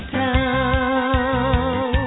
town